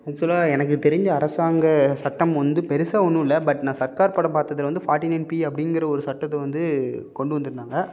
ஆக்சுவலாக எனக்கு தெரிஞ்ச அரசாங்க சட்டம் வந்து பெருசாக ஒன்றும் இல்லை பட் நான் சர்க்கார் படம் பார்த்ததுல வந்து ஃபாட்டி நைன் பி அப்டிங்கிற ஒரு சட்டத்தை வந்து கொண்டு வந்துருந்தாங்கள்